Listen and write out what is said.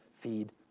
feed